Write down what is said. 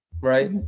Right